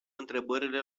întrebările